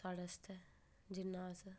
साढे़ आस्तै जि'न्ना अस